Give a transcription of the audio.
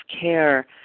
care